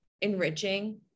enriching